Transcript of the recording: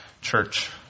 church